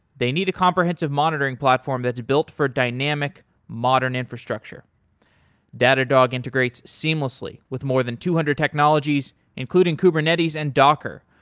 they need a comprehensive monitoring platform that's built for dynamic modern infrastructure datadog integrates seamlessly with more than two hundred technologies, including kubernetes and docker,